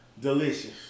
Delicious